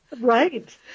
Right